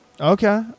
Okay